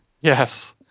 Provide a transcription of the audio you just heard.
Yes